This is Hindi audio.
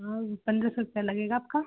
हाँ वह पन्द्रह सौ रुपया लगेगा आपका